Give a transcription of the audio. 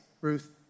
Ruth